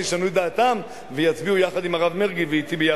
ישנו את דעתם ויצביעו יחד עם הרב מרגי ואתי.